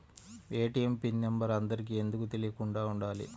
ATM PIN number అందరికి ఎందుకు తెలియకుండా ఉండాలి?